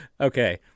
Okay